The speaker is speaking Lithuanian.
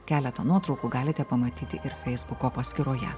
keletą nuotraukų galite pamatyti ir feisbuko paskyroje